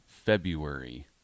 february